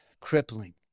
Crippling